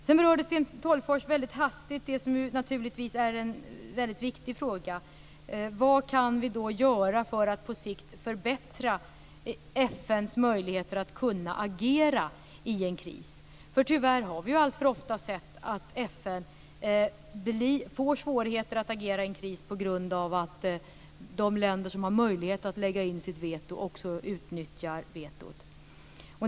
Sten Tolgfors berörde väldigt hastigt det som naturligtvis är en väldigt viktig fråga. Vad kan vi göra för att på sikt förbättra FN:s möjligheter att kunna agera i en kris? Tyvärr har vi alltför ofta sett att FN får svårigheter att agera i en kris på grund av att de länder som har möjlighet att lägga in sitt veto också utnyttjar vetot.